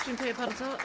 Dziękuję bardzo.